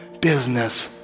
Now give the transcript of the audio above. business